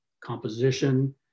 composition